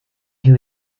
who